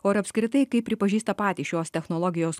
o ir apskritai kaip pripažįsta patys šios technologijos